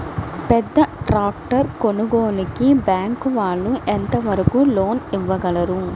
పెద్ద ట్రాక్టర్ కొనుగోలుకి బ్యాంకు వాళ్ళు ఎంత వరకు లోన్ ఇవ్వగలరు?